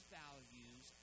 values